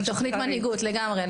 תוכנית מנהיגות לגמרי,